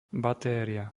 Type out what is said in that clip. batéria